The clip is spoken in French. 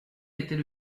était